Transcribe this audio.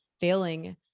failing